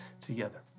together